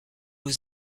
aux